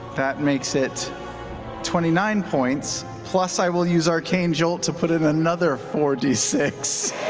that makes it twenty nine points, plus i will use arcane jolt to put in another four d six.